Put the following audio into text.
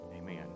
amen